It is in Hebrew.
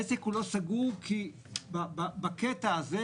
העסק לא סגור בקטע הזה,